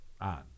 on